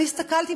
הסתכלתי,